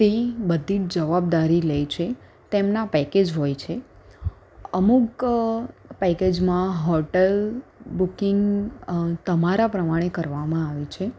તે બધી જ જવાબદારી લે છે તેમનાં પેકેજ હોય છે અમુક પેકેજમાં હોટલ બુકિંગ તમારા પ્રમાણે કરવામાં આવે છે